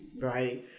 right